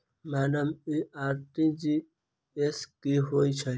Madam इ RTGS की होइ छैय?